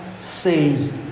says